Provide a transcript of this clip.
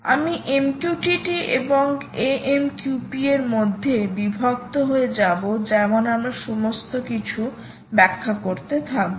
আমি MQTT এবং AMQP এর মধ্যে বিভক্ত হয়ে যাব যেমন আমরা সমস্ত কিছু ব্যাখ্যা করতে থাকবো